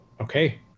Okay